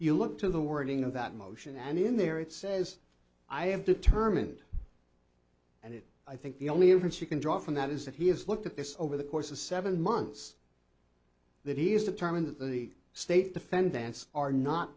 you look to the wording of that motion and in there it says i have determined and it i think the only inference you can draw from that is that he has looked at this over the course of seven months that he is determined that the state defendants are not